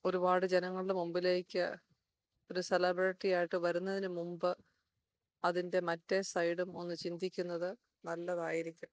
ഒരുപാട് ജനങ്ങളുടെ മുമ്പിലേക്ക് ഒരു സെലിബ്രിറ്റി ആയിട്ട് വരുന്നതിന് മുമ്പ് അതിൻ്റെ മറ്റേ സൈഡും ഒന്ന് ചിന്തിക്കുന്നത് നല്ലതായിരിക്കും